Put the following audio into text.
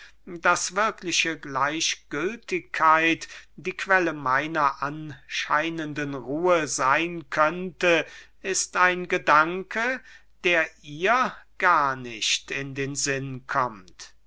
daß wirkliche gleichgültigkeit die quelle meiner anscheinenden ruhe seyn könnte ist ein gedanke der ihr gar nicht in den sinn kommt